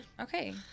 Okay